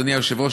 אדוני היושב-ראש,